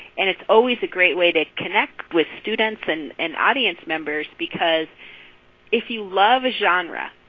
and it's always a great way to connect with students and and audience members because if you love a genre,